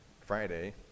friday